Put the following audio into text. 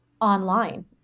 online